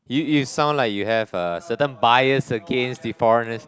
you you sound like you have a certain bias against the foreigners